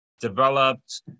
Developed